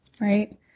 Right